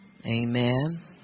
Amen